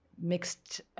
mixed